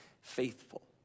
faithful